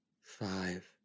five